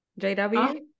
JW